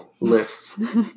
lists